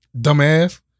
Dumbass